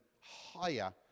higher